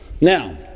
Now